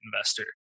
investor